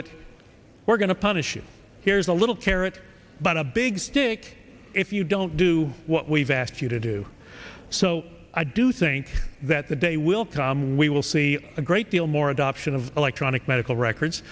it we're going to punish you here's a little carrot but a big stick if you don't do what we've asked you to do so i do think that the day will come we will see a great deal more adoption of electronic medical records